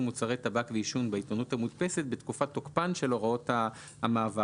מוצרי טבק ועישון בעיתונות המודפסת בתקופן תוקפן של הוראות המעבר.